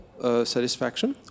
satisfaction